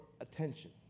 attention